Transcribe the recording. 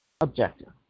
objective